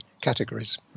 categories